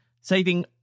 saving